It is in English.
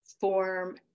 form